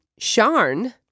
Sharn